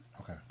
Okay